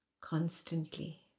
constantly